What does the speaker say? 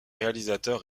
réalisateur